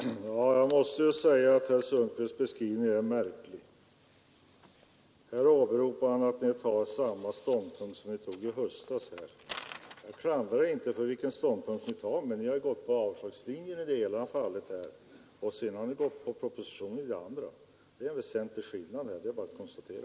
Herr talman! Jag måste säga att herr Sundkvists beskrivning är märklig. Han åberopar att centerpartiet tar samma ståndpunkt som i höstas. Jag klandrar er inte för den ståndpunkt ni tar, men ni har gått på avslagslinjen i det ena fallet och på propositionen i det andra. Skillnaden är väsentlig, det är bara att konstatera.